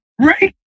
Right